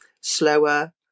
slower